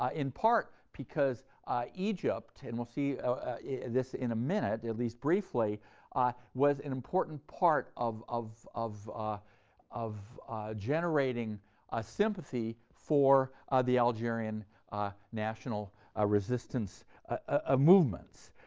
ah in part because egypt and we'll see this in a minute, at least briefly ah was an important part of of of generating ah sympathy for the algerian ah national ah resistance ah movements.